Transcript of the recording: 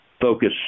focus